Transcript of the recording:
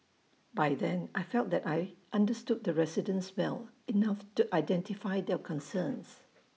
by then I felt that I understood the residents well enough to identify their concerns